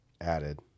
added